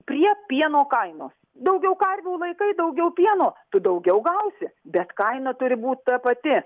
prie pieno kainos daugiau karvių laikai daugiau pieno tu daugiau gausi bet kaina turi būt ta pati